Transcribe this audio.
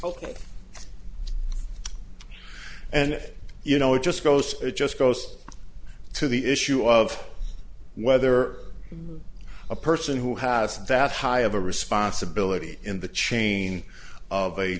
ok and you know it just goes it just goes to the issue of whether a person who has that high of a responsibility in the chain of a